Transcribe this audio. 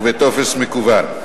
ובטופס מקוון,